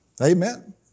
Amen